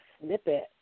snippet